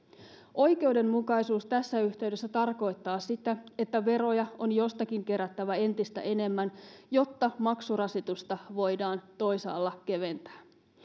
oikeudenmukaisuus tässä yhteydessä tarkoittaa että veroja on jostakin kerättävä entistä enemmän jotta maksurasitusta voidaan toisaalla keventää